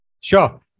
Sure